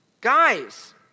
Guys